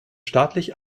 staatlich